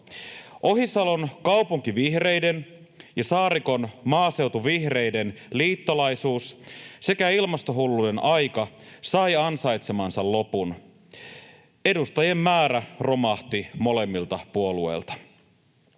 Ohisalon kaupunkivihreiden ja Saarikon maaseutuvihreiden liittolaisuus sekä ilmastohullujen aika sai ansaitsemansa lopun. Edustajien määrä romahti molemmilta puolueilta.